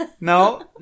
No